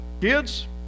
kids